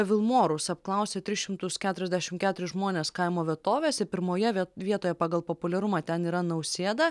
vilmorus apklausė tris šimtus keturiasdešim keturis žmones kaimo vietovėse pirmoje viet vietoje pagal populiarumą ten yra nausėda